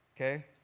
okay